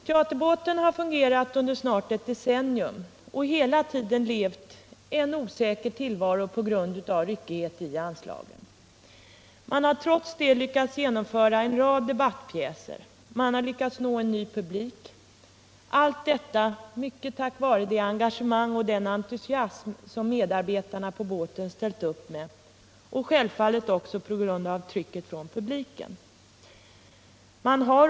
Teaterbåten har fungerat under snart ett decennium och hela tiden fört en osäker tillvaro beroende på ryckighet i anslagen. Teatern har trots detta lyckats genomföra en rad debattpjäser — och den har också lyckats nå en ny publik — allt detta till stor del tack vare det engagemang och den entusiasm som medarbetarna på båten ställt upp med och självfallet också som en följd av trycket från publiken.